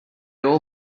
all